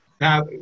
Now